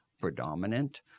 predominant